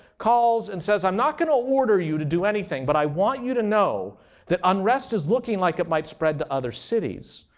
calls and says, i'm not going to order you to do anything, but i want you to know the unrest is looking like it might spread to other cities.